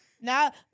Now